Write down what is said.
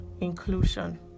inclusion